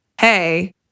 hey